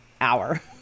hour